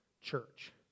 church